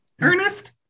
Ernest